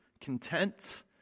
content